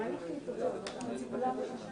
חבר הכנסת סגלוביץ', בבקשה.